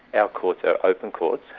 our courts are open courts,